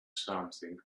something